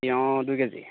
তিয়ঁহ দুই কেজি